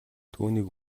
түүнийг